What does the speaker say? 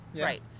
Right